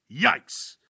yikes